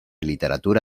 literatura